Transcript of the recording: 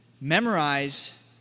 Memorize